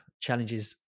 challenges